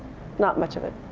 not much of it.